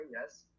yes